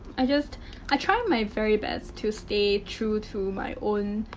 i just i try my very best to stay true to my own.